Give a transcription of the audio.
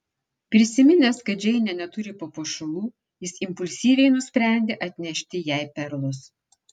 prisiminęs kad džeinė neturi papuošalų jis impulsyviai nusprendė atnešti jai perlus